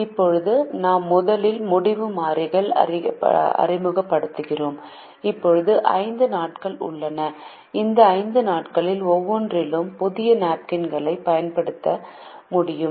இப்போது நாம் முதலில் முடிவு மாறிகள் அறிமுகப்படுத்துகிறோம் இப்போது 5 நாட்கள் உள்ளன இந்த 5 நாட்களில் ஒவ்வொன்றிலும் புதிய நாப்கின்களைப் பயன்படுத்த முடியும்